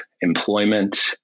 employment